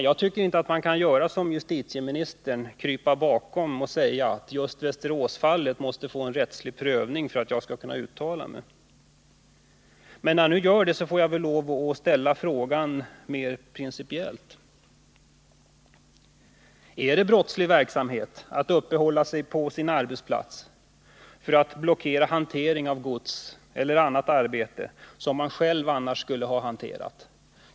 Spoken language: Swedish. Jag tycker inte man kan göra som justitieministern — krypa undan och säga att det just i Västeråsfallet måste ske en rättslig prövning innan han kan uttala sig. Men när han nu gör det, får jag väl lov att ställa frågan mer principiellt: Är det brottslig verksamhet att uppehålla sig på sin arbetsplats för att blockera hantering av gods eller annat arbete som man själv annars skulle ha utfört?